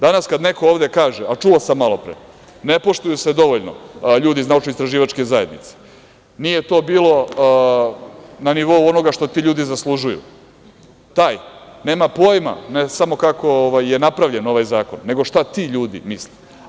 Danas kada neko ovde kaže, a čuo sam malopre, ne poštuju se dovoljno ljudi iz naučno-istraživačke zajednice, nije to bilo na nivou onoga što ti ljudi zaslužuju, taj nema pojma ne samo kako je napravljen ovaj zakon nego šta ti ljudi misle.